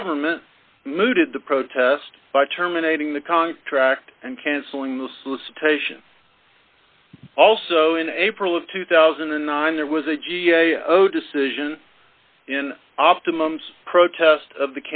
government mooted the protest by terminating the contract and cancelling the solicitation also in april of two thousand and nine there was a g a o decision in optimums protest of